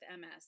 MS